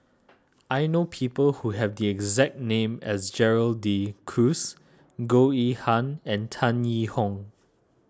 I know people who have the exact name as Gerald De Cruz Goh Yihan and Tan Yee Hong